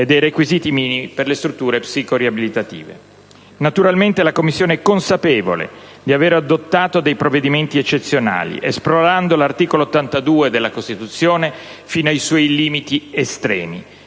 e dei requisiti minimi per le strutture psico-riabilitative. Naturalmente, la Commissione è consapevole di avere adottato dei provvedimenti eccezionali, esplorando l'articolo 82 della Costituzione fino ai suoi limiti estremi,